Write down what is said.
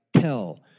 tell